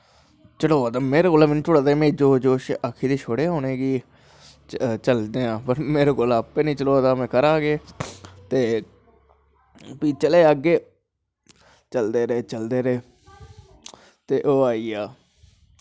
चढ़ोआ दा ते मेरे कोला बी नेईं ही जोर जोर च आक्खी ते ओड़ेआ कि चलदे आं बट मेरे कोला दा आपैं नी चलोआ दा हा करां केह् ते फ्ही चलो अग्गैं चलदे रेह् चलदे रेह् ते ओह् आई गेआ